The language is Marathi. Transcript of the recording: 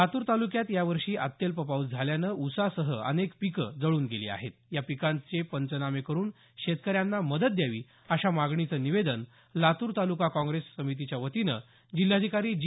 लातूर तालुक्यात यावर्षी अत्यल्प पाऊस झाल्यामुळे ऊसासह अनेक पिकं जळून गेली आहेत या पिकांचे पंचनामे करुन शेतकऱ्यांना मदत द्यावी अशा मागणीचं निवेदन लातूर तालुका काँग्रेस समितीच्यावतीनं जिल्हाधिकारी जी